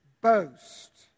boast